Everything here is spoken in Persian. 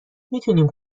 میتونیم